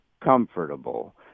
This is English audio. comfortable